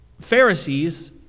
pharisees